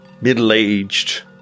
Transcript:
middle-aged